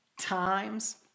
times